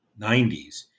90s